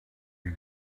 you